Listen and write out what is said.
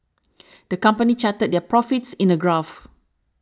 the company charted their profits in a graph